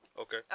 Okay